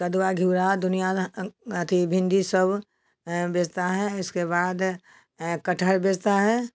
कद्दू घेरा दुनियाँ अथी भिंडी सब बेचता है इसके बाद कटहल बेचता है